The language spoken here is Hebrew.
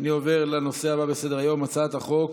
אני עובר לנושא הבא בסדר-היום, הצעת חוק